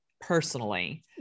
personally